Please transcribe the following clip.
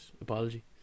apology